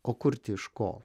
o kurti iš ko